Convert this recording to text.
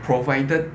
provided